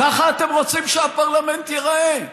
ככה אתם רוצים שהפרלמנט ייראה?